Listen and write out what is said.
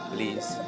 Please